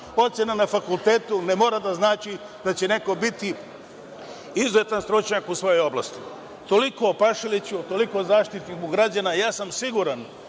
ocena na fakultetu ne mora da znači da će neko biti izuzetan stručnjak u svojoj oblasti. Toliko o Pašaliću, toliko o Zaštitniku građana. Ja sam siguran